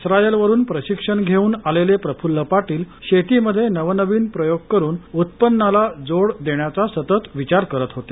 इस्रायलवरुन प्रशिक्षण घेऊन आलेले प्रफुल्ल पाटील शेतीमध्ये नवनवीन प्रयोग करुन उत्पन्नाला जोड देण्याचा सतत विचार करत होते